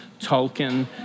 Tolkien